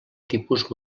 tipus